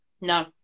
no